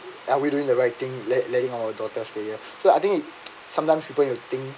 are we doing the right thing let letting our daughters to here so I think sometimes people you think